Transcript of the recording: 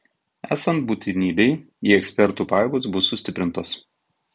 esant būtinybei į ekspertų pajėgos bus sustiprintos